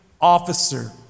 officer